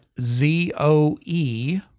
Z-O-E